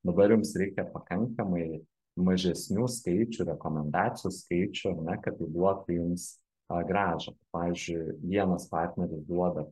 dabar jums reikia pakankamai mažesnių skaičių rekomendacijų skaičių ar ne kad tai duotų jums tą grąžą pavyzdžiui vienas partneris duoda